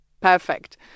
perfect